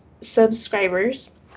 subscribers